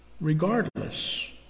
regardless